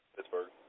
Pittsburgh